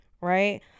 right